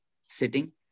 sitting